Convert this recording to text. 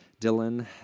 dylan